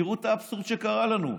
תראו את האבסורד שקרה לנו.